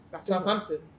Southampton